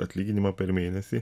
atlyginimą per mėnesį